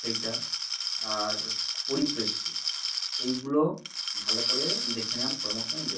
সেইটা আর পরিপ্রেক্ষিত এইগুলো ভালো করে দেখে নেওয়ার পরামর্শ আমি দেব